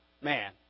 man